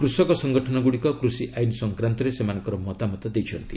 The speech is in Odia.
କୃଷକ ସଙ୍ଗଠନଗୁଡ଼ିକ କୃଷି ଆଇନ ସଂକ୍ରାନ୍ତରେ ସେମାନଙ୍କର ମତାମତ ଦେଇଛନ୍ତି